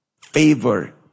favor